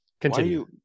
continue